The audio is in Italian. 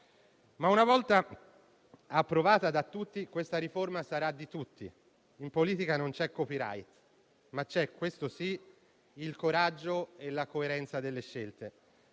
Una volta approvata da tutti, questa riforma sarà di tutti. In politica non c'è *copyright*, ma ci sono - questi sì - il coraggio e la coerenza delle scelte.